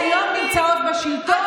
את לא יכולה לעמוד בפיתוי, לא.